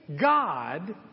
God